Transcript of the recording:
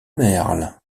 merle